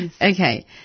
Okay